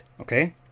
Okay